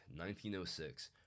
1906